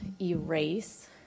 erase